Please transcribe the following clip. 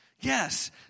yes